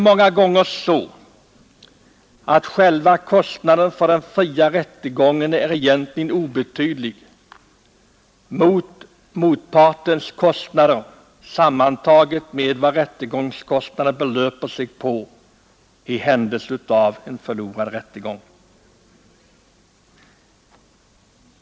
Många gånger är själva kostnaden för den fria rättegången egentligen obetydlig jämförd med motpartens kostnader tillsammans med övriga rättegångskostnader i händelse av förlorad rättegång.